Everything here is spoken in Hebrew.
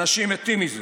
אנשים מתים מזה.